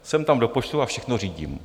Jsem tam do počtu a všechno řídím...